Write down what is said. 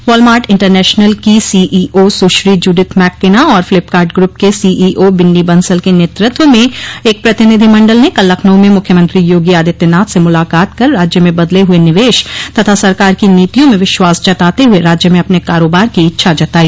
Walmart International की CEO Sushri Judith McKenna और Flipkart group के सीईओ बिन्नी बंसल के नेतृत्व में एक प्रतिनिधिमंडल ने कल लखनऊ में मुख्यमंत्री योगी आदित्यनाथ से मुलाकात कर राज्य में बदले हुए निवेश तथा सरकार की नीतियों में विश्वास जताते हुए राज्य में अपने कारोबार की इच्छा जताई